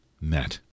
met